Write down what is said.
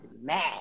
mad